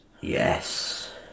Yes